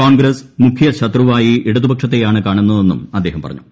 കോൺഗ്രസ് മുഖ്യശത്രുവായി ഇടതുപക്ഷത്തെയാണ് കാണുന്നതെന്നും അദ്ദേഹം പറഞ്ഞു